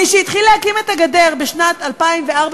מי שהתחיל להקים את הגדר בשנת 2004,